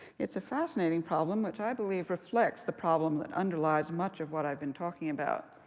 it's a fascinating problem which i believe reflects the problem that underlies much of what i've been talking about.